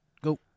go